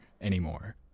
anymore